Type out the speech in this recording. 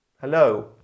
Hello